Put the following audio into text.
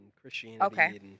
Christianity